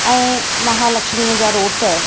ऐं महालक्ष्मीअ जा रोट